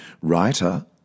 writer